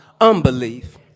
unbelief